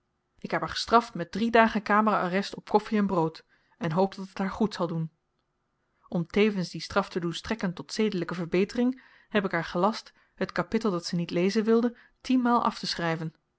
ik heb haar gestraft met drie dagen kamerarrest op koffi en brood en hoop dat het haar goed zal doen om tevens die straf te doen strekken tot zedelyke verbetering heb ik haar gelast het kapittel dat ze niet lezen wilde tien